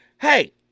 hey